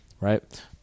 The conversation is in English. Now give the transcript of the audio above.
right